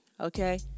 okay